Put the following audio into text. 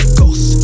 ghost